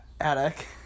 attic